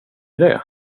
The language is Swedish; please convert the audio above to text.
det